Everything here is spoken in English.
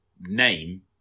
name